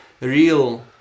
real